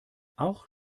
auch